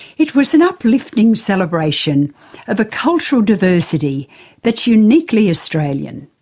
it was an uplifting celebration of a cultural diversity that's uniquely australian.